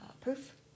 proof